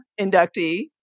inductee